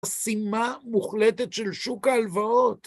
חסימה מוחלטת של שוק ההלוואות.